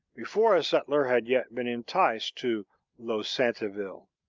before a settler had yet been enticed to losantiville.